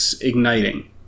igniting